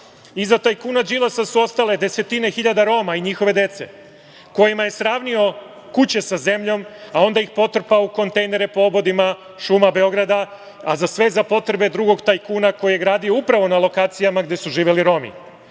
tajkuna Đilasa su ostale desetine hiljada Roma i njihove dece kojima je sravnio kuće sa zemljom, a onda ih potrpao u kontejnere po obodima šuma Beograda, a sve za potrebe drugog tajkuna koji je gradio upravo na lokacijama gde su živeli Romi. Iza